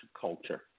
culture